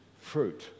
fruit